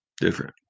Different